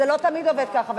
זה לא תמיד עובד ככה,